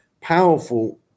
powerful